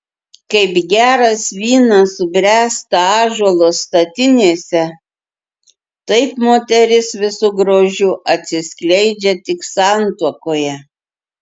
kaip geras vynas subręsta ąžuolo statinėse taip moteris visu grožiu atsiskleidžia tik santuokoje